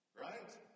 Right